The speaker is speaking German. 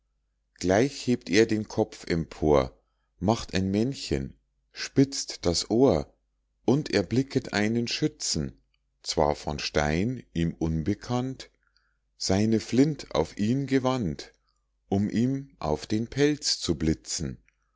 gleich hebt er den kopf empor macht ein männchen spitzt das ohr und erblicket einen schützen zwar von stein ihm unbekannt seine flint auf ihn gewandt um ihm auf den pelz zu blitzen